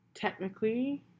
Technically